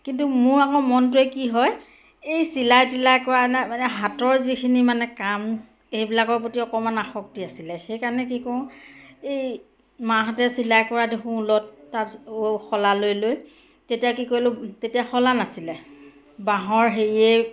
কিন্তু মোৰ আকৌ মনটোৱে কি হয় এই চিলাই তিলাই কৰা নাই মানে হাতৰ যিখিনি মানে কাম এইবিলাকৰ প্ৰতি অকমান আসক্তি আছিলে সেইকাৰণে কি কৰোঁ এই মাহঁতে চিলাই কৰা দেখোঁ ওলত তাৰপিছত শলালৈ লৈ তেতিয়া কি কৰিলোঁ তেতিয়া শলা নাছিলে বাঁহৰ হেৰিয়ে